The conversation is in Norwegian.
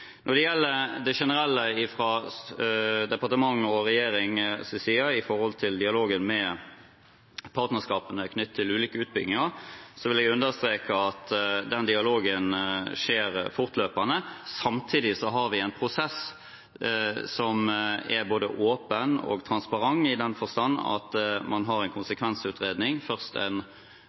Når det gjelder det generelle fra departementet og regjeringens side om dialogen med partnerskapene knyttet til ulike utbygginger, vil jeg understreke at den dialogen skjer fortløpende. Samtidig har vi en prosess som er åpen og transparent i den forstand at man har en konsekvensutredning. Man har først en